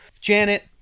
Janet